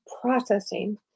processing